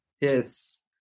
Yes